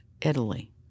Italy